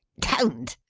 don't!